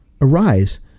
arise